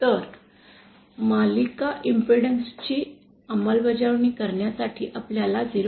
तर मालिका इम्पेडन्स ची अंमलबजावणी करण्यासाठी आपल्याला 0